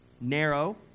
narrow